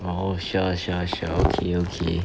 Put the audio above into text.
oh sure sure sure okay okay